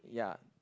ya